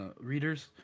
readers